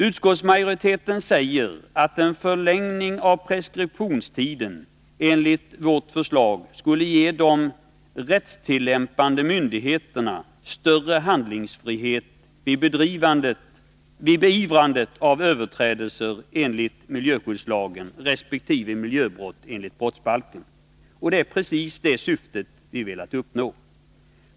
Utskottsmajoriteten säger att en förlängning av preskriptionstiden enligt vårt förslag skulle ge de rättstillämpande myndigheterna större handlingsfrihet vid beivrandet av överträdelser enligt miljöskyddslagen resp. av miljöbrott enligt brottsbalken. Det är precis det som vi har velat uppnå.